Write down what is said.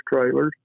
trailers